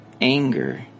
anger